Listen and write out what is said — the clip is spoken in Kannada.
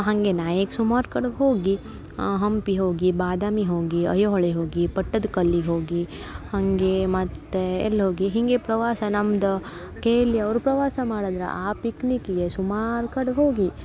ಹಂಗೆ ನಾ ಈಗ ಸುಮಾರು ಕಡೆ ಹೋಗಿ ಹಂಪಿ ಹೋಗಿ ಬಾದಾಮಿ ಹೋಗಿ ಐಹೊಳೆ ಹೋಗಿ ಪಟ್ಟದಕಲ್ಲಿಗೆ ಹೋಗಿ ಹಾಗೆ ಮತ್ತು ಎಲ್ಲಿ ಹೋಗಿ ಹೀಗೇ ಪ್ರವಾಸ ನಮ್ದ ಕೇಳಿ ಅವ್ರು ಪ್ರವಾಸ ಮಾಡಿದ್ರ ಆ ಪಿಕ್ನಿಕಿಗೆ ಸುಮಾರು ಕಡೆ ಹೋಗಿ